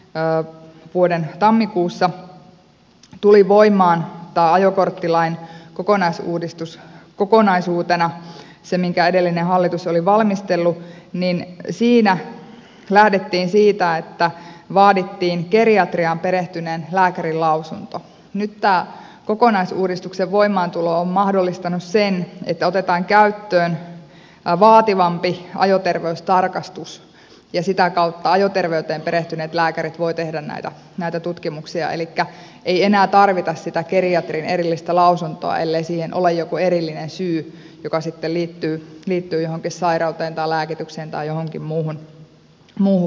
päivänä viime vuoden tammikuussa tuli voimaan tämä ajokorttilain kokonaisuudistus kokonaisuutena se minkä edellinen hallitus oli valmistellut niin siinä lähdettiin siitä että vaadittiin geriatriaan perehtyneen lääkärin lausunto ja nyt tämä kokonaisuudistuksen voimaantulo on mahdollistanut sen että otetaan käyttöön vaativampi ajoterveystarkastus ja sitä kautta ajoterveyteen perehtyneet lääkärit voivat tehdä näitä tutkimuksia elikkä ei enää tarvita sitä geriatrin erillistä lausuntoa ellei siihen ole joku erillinen syy joka sitten liittyy johonkin sairauteen tai lääkitykseen tai johonkin muuhun vastaavaan